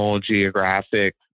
geographic